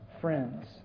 friends